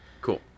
Cool